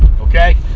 okay